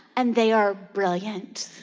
and they are brilliant.